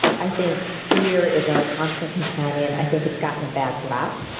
i think fear is our constant companion. i think it's gotten a bad rap.